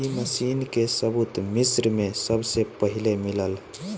ए machine के सबूत मिस्र में सबसे पहिले मिलल